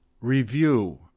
Review